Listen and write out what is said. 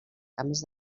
canvis